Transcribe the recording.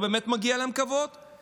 ובאמת מגיע להם כבוד,